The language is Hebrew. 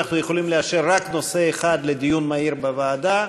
ואנחנו יכולים לאשר רק נושא אחד לדיון מהיר בוועדה.